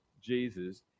Jesus